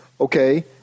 Okay